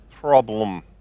problem